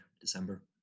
December